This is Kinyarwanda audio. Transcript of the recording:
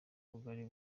bugari